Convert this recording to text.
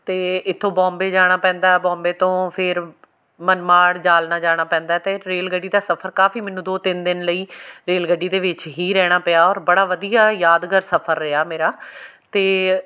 ਅਤੇ ਇੱਥੋਂ ਬੋਂਬੇ ਜਾਣਾ ਪੈਂਦਾ ਬੋਂਬੇ ਤੋਂ ਫਿਰ ਮਨਮਾੜ ਜਾਲਨਾ ਜਾਣਾ ਪੈਂਦਾ ਅਤੇ ਰੇਲ ਗੱਡੀ ਦਾ ਸਫ਼ਰ ਕਾਫ਼ੀ ਮੈਨੂੰ ਦੋ ਤਿੰਨ ਦਿਨ ਲਈ ਰੇਲ ਗੱਡੀ ਦੇ ਵਿੱਚ ਹੀ ਰਹਿਣਾ ਪਿਆ ਔਰ ਬੜਾ ਵਧੀਆ ਯਾਦਗਾਰ ਸਫ਼ਰ ਰਿਹਾ ਮੇਰਾ ਅਤੇ